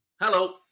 Hello